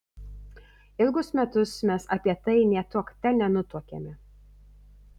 ilgus metus mes apie tai nė tuokte nenutuokėme